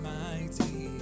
mighty